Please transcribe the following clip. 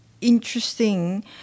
interesting